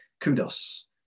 kudos